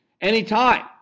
anytime